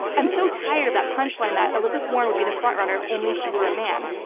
i'm so tired of that punchline that elizabeth warren would be the front runner if only she were a man.